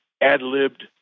ad-libbed